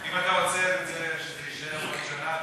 אם אתה רוצה שזה יישאר עוד שנה,